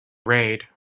raid